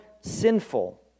sinful